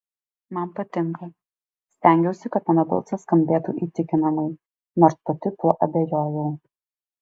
man patinka stengiausi kad mano balsas skambėtų įtikinamai nors pati tuo abejojau